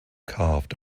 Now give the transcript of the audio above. carved